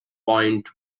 point